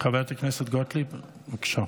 חברת הכנסת טלי גוטליב, בבקשה.